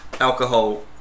alcohol